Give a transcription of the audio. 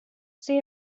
see